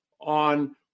on